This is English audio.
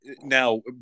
now